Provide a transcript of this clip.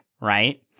right